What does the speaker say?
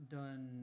done